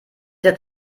der